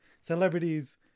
celebrities